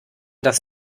das